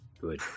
Good